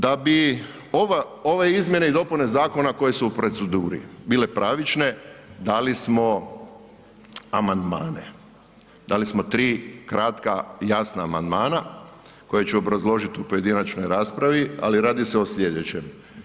Da bi ove izmjene i dopune zakona koje su u proceduri bile pravične dali smo amandmane, dali smo tri kratka, jasna amandmana koje ću obrazložit u pojedinačnoj raspravi, ali radi se o slijedećem.